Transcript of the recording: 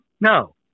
No